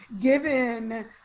Given